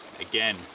Again